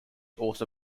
also